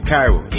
Cairo